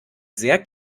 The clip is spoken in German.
sehr